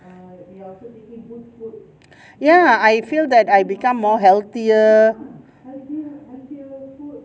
ya I feel that I become more healthier